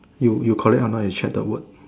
you you correct a not you check the word